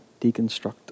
deconstruct